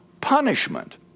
punishment